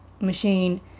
machine